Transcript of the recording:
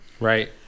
Right